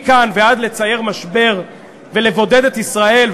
מכאן ועד לצייר משבר ולבודד את ישראל,